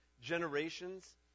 generations